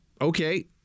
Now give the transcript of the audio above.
okay